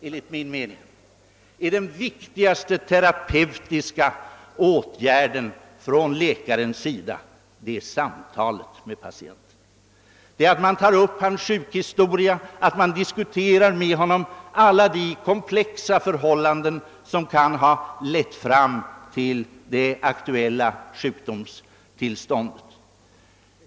Enligt min mening är den viktigaste terapeutiska åtgärden samtalet med patienten, detta att man tar upp hans sjukhistoria, att man diskuterar med honom alla de komplexa förhållanden som kan ha lett fram till det aktuella sjukdomstillståndet.